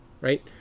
right